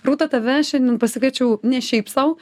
rūta tave šiandien pasikviečiau ne šiaip sau